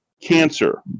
cancer